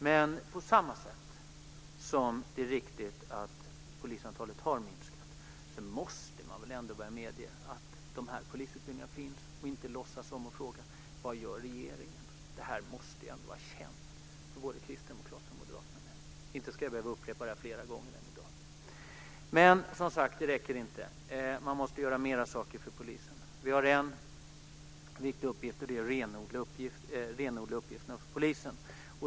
Men man måste ändå börja medge att dessa polisutbildningar finns. Man får inte låtsas som ingenting och fråga vad regeringen gör. Detta måste ändå vara känt för både Kristdemokraterna och Moderaterna nu. Inte ska jag behöva upprepa det fler gånger. Men det räcker som sagt inte. Man måste göra fler saker för polisen. Vi har en viktig uppgift, och det är att renodla uppgifterna för polisen.